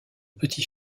petit